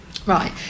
Right